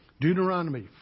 Deuteronomy